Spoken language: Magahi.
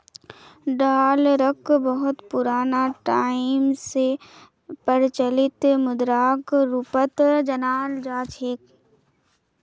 डालरक बहुत पुराना टाइम स प्रचलित मुद्राक रूपत जानाल जा छेक